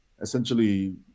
essentially